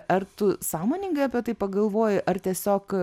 ar tu sąmoningai apie tai pagalvoji ar tiesiog